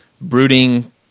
brooding